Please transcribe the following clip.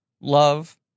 love